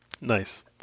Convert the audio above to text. nice